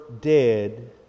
dead